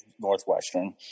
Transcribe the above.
Northwestern